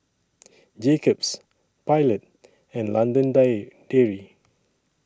Jacob's Pilot and London Dairy